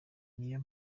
niyo